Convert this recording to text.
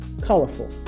colorful